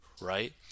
right